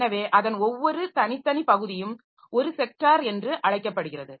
எனவே அதன் ஒவ்வொரு தனித்தனி பகுதியும் ஒரு ஸெக்டார் என்று அழைக்கப்படுகிறது